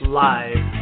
live